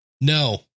No